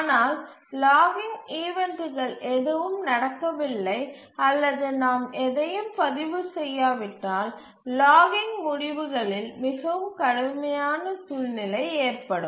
ஆனால் லாகிங் ஈவண்ட்கள் எதுவும் நடக்கவில்லை அல்லது நாம் எதையும் பதிவு செய்யாவிட்டால் லாகிங் முடிவுகளில் மிகவும் கடுமையான சூழ்நிலை ஏற்படும்